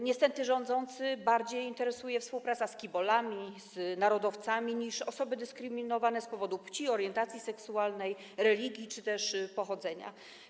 Niestety rządzących bardziej interesuje współpraca z kibolami, z narodowcami niż osoby dyskryminowane z powodu płci, orientacji seksualnej, religii czy też pochodzenia.